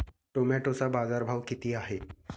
टोमॅटोचा बाजारभाव किती आहे?